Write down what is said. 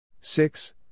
Six